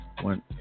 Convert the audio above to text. One